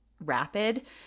rapid